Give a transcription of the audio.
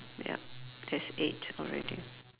yup that's eight already